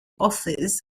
offers